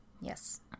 Yes